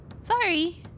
Sorry